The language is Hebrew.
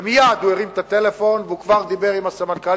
ומייד הוא הרים את הטלפון והוא כבר דיבר עם הסמנכ"לית,